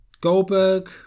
Goldberg